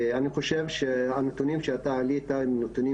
אני חושב שהנתונים שאתה העלית הם נתונים